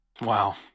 Wow